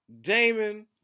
Damon